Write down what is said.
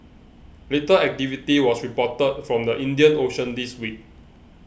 little activity was reported from the Indian Ocean this week